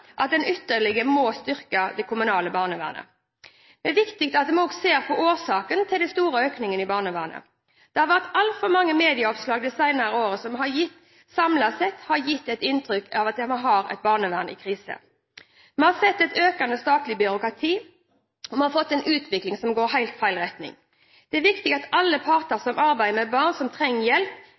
til den store økningen i barnevernet. Det har vært altfor mange medieoppslag de senere årene som samlet sett har gitt inntrykk av at vi har et barnevern i krise. Vi har sett et økende statlig byråkrati, og vi har fått en utvikling som går i helt feil retning. Det er viktig at alle parter som arbeider med barn som trenger hjelp,